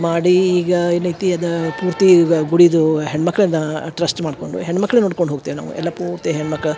ಮಾಡಿ ಈಗ ಏನೈತಿ ಅದು ಪೂರ್ತಿ ಗುಡಿದು ಹೆಣ್ಮಕ್ಕಳನಾ ಟ್ರಸ್ಟ್ ಮಾಡ್ಕೊಂಡು ಹೆಣ್ಮಕ್ಕಳೆ ನೋಡ್ಕೊಂಡು ಹೋಗ್ತಿವಿ ನಾವು ಎಲ್ಲ ಪೂರ್ತಿ ಹೆಣ್ಮಕ್ಕಳ